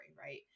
right